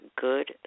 good